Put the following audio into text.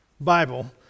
Bible